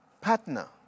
Partner